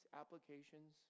applications